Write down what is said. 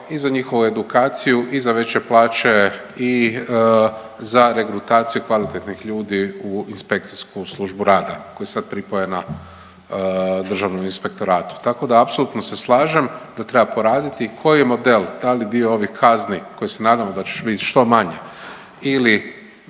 i za njihovu edukaciju i za veće plaće i za regrutaciju kvalitetnih ljudi u inspekcijsku službu rada koja je sad pripojena Državnom inspektoratu, tako da apsolutno se slažem da treba poraditi i koji model, da li dio ovih kazni koji se nadamo da će biti što manje ili